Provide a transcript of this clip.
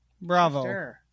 Bravo